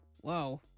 Whoa